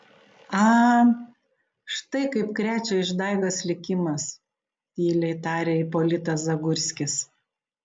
a štai kaip krečia išdaigas likimas tyliai tarė ipolitas zagurskis